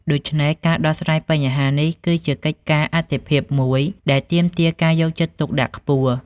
ដូច្នេះ ការដោះស្រាយបញ្ហានេះ គឺជាកិច្ចការអាទិភាពមួយដែលទាមទារការយកចិត្តទុកដាក់ខ្ពស់។